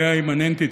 בעיה אימננטית,